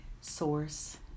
source